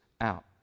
out